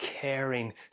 caring